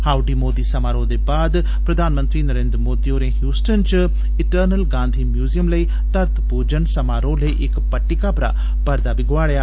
howdy Modi समारोह दे बाद प्रधानमंत्री नरेन्द्र मोदी होरें हयूस्टन च ''एक्सटरनल गांधी म्यूसियम'' लेई धरत पूजन समारोह् लेई इक पट्टिका परा परदा गोआड़ेआ